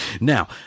now